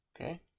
Okay